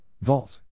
vault